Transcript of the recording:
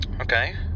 okay